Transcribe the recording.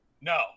No